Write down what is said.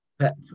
Pep